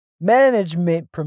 management